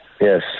Yes